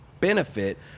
benefit